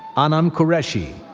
anam qureshi.